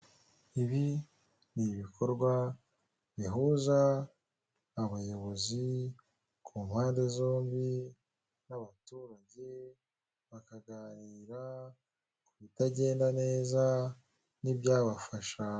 Ibi ni ibikorwa bihuza abayobozi ku mpande zombi n'abaturage, bakaganira ku bitagenda neza, n'ibyabafasha.